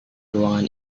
ruangan